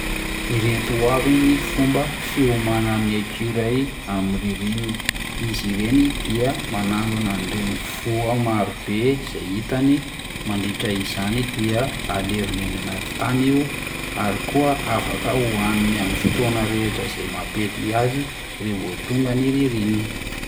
Ireto avy ny fomba fiomanan'ny écureuils amin'ny ririnina: izy ireny dia manangona an'ireny voa marobe zay hitany mandritra izany dia alevony any anaty tany io ary koa afaka hohaniny amin'ny fotoana rehetra zay mampety azy raha vao tonga ny ririnina.